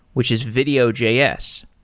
which is video js.